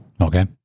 Okay